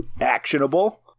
actionable